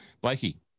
Blakey